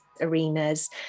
arenas